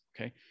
okay